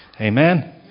Amen